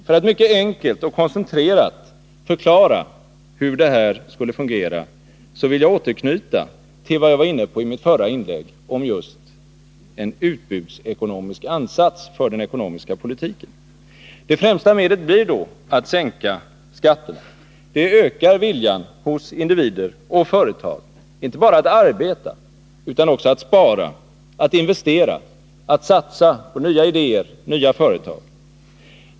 För att mycket enkelt och koncentrerat förklara hur detta skulle fungera vill jag återknyta till vad jag i mitt förra inlägg var inne på om en utbudsekonomisk ansats för den ekonomiska politiken. Det främsta medlet blir då att sänka skatterna. Det ökar viljan hos individer och företag inte bara att arbeta utan också att spara, att investera och att satsa på nya idéer och nya företag.